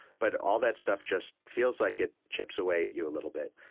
but all that stuff just feels like it chips away at you a little bit.